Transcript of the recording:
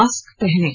mask पहनें